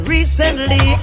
Recently